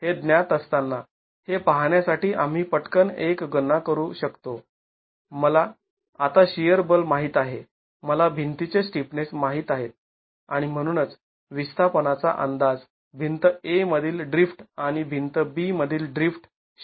हे ज्ञात असताना हे पाहण्यासाठी आम्ही पटकन एक गणना करू शकतो मला आता शिअर बल माहित आहे मला भिंतीचे स्टिफनेस माहीत आहेत आणि म्हणूनच विस्थापनाचा अंदाज भिंत A मधील ड्रिफ्ट आणि भिंत B मधील ड्रिफ्ट शक्य आहे